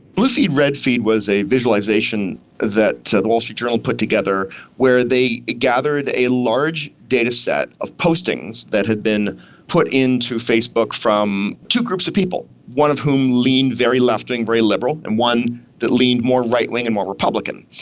blue feed, red feed was a visualisation that the wall street journal put together where they gathered a large dataset of postings that had been put into facebook from two groups of people, one of whom leaned very left and very liberal, and one that leaned more right wing and more republican.